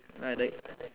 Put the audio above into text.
ya like